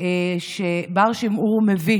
שבר שם-אור מביא